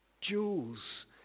Jewels